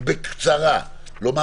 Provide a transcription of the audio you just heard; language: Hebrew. בקצרה.